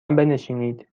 بنشینید